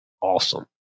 awesome